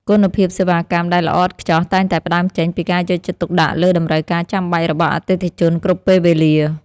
គុណភាពសេវាកម្មដែលល្អឥតខ្ចោះតែងតែផ្ដើមចេញពីការយកចិត្តទុកដាក់លើតម្រូវការចាំបាច់របស់អតិថិជនគ្រប់ពេលវេលា។